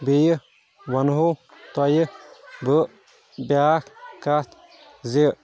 بیٚیہِ ونہٕ ہو تۄہہِ بہٕ بیٛاکھ کتھ زِ